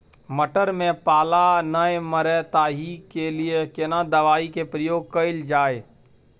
मटर में पाला नैय मरे ताहि के लिए केना दवाई के प्रयोग कैल जाए?